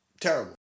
Terrible